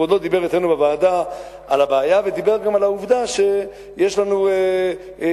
כבודו דיבר אצלנו בוועדה על הבעיה ודיבר גם על העובדה שיש לנו גדר.